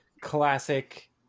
classic